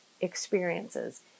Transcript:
experiences